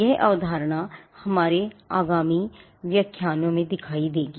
यह अवधारणा हमारे आगामी व्याख्यानों में दिखाई देगी